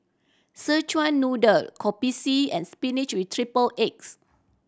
Szechuan Noodle Kopi C and spinach with triple eggs